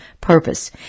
purpose